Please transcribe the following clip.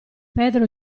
pedro